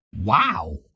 Wow